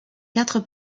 quatre